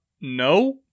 no